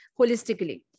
holistically